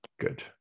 good